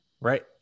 right